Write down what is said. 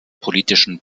politischen